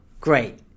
Great